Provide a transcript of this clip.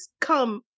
come